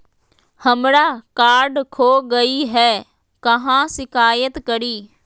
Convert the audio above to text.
हमरा कार्ड खो गई है, कहाँ शिकायत करी?